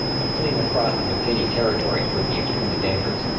but fleeing across the new guinea territories would be extremely dangerous,